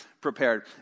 prepared